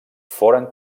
foren